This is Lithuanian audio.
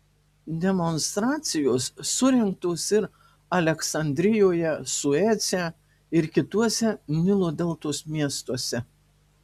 demonstracijos surengtos ir aleksandrijoje suece ir kituose nilo deltos miestuose